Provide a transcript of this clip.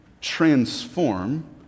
transform